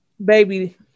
Baby